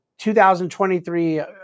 2023